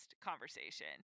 conversation